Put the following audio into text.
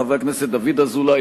חברי הכנסת דוד אזולאי,